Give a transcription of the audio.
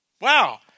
Wow